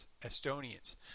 Estonians